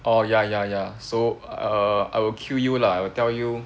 orh ya ya ya so err I will queue you lah I will tell you